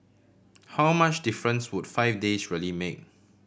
how much difference would five days really make